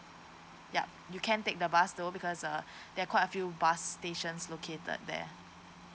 yup you can take the bus though because uh there are quite a few bus stations located there